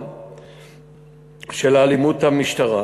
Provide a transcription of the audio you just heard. של אלימות המשטרה,